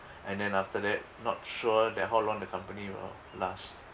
and then after that not sure that how long the company will last